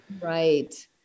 right